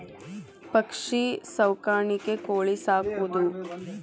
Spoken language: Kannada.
ಪಕ್ಷಿ ಸಾಕಾಣಿಕೆ ಕೋಳಿ ಸಾಕುದು